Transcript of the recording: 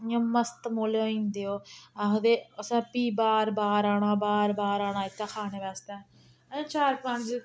इ'यां मस्तमोले होई जंदे ओह् आखदे असें फ्ही बार बार आना बार बार आना इत्थैं खाने बास्तै चार पंज